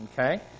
Okay